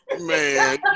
Man